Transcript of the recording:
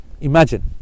imagine